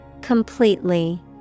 Completely